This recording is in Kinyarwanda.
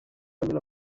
unyura